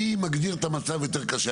מי מגדיר את המצב יותר קשה,